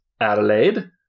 adelaide